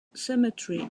cemetery